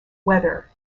whether